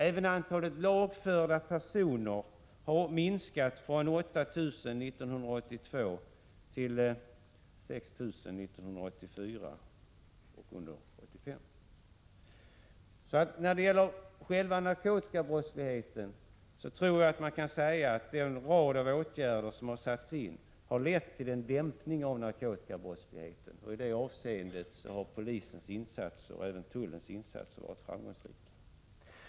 Även antalet lagförda personer har minskat från 8 000 år 1982 till 6 000 år 1984 resp. 1985. När det gäller själva narkotikabrottsligheten kan man alltså säga att den rad av åtgärder som har satts in har lett till en dämpning av densamma. I det avseendet har polisens och tullens insatser varit framgångsrika.